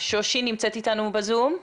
שושי בבקשה.